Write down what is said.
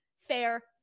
fair